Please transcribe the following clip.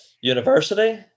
university